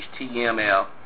HTML